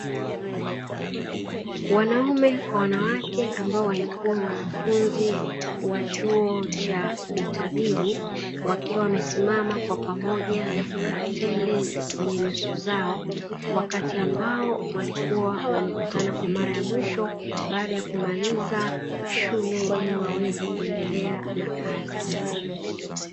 Wanaume kwa wanawake ambao ni wanafunzi wa chuo cha utabibu, wakiwa wamesimama kwa furaha tere kwenye nyuso zao. Wakati ambao waliokuwa wanakutana kwa mara ya mwisho baada ya kumaliza shule ili waweze kuendelea na kazi.